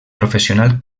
professional